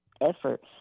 effort